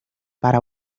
para